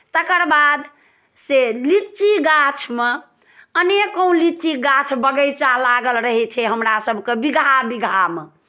तकर बादसँ लीची गाछमे अनेको लीची गाछ बगैचा लागल रहै छै हमरासभके बीघा बीघामे